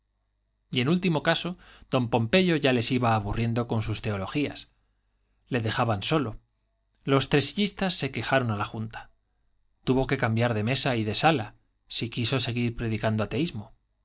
y en último caso don pompeyo ya les iba aburriendo con sus teologías le dejaban solo los tresillistas se quejaron a la junta tuvo que cambiar de mesa y de sala si quiso seguir predicando ateísmo